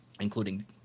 including